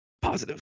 positive